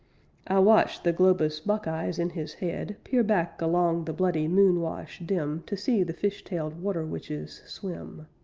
i watched the globous buckeyes in his head peer back along the bloody moon-wash dim to see the fish-tailed water-witches swim.